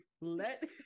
Let